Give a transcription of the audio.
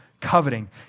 coveting